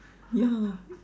yeah